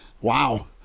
Wow